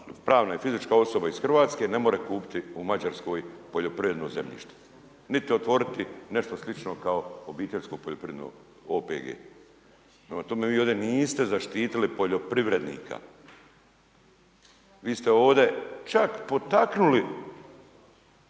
pravna i fizička osoba iz RH ne može kupiti u Mađarskoj poljoprivredno zemljište, niti otvoriti nešto slično kao OPG. Prema tome, vi ovdje niste zaštitili poljoprivrednika. Vi ste ovdje čak potaknuli